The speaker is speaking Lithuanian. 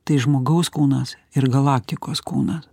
tai žmogaus kūnas ir galaktikos kūnas